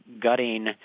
gutting